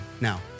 now